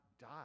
die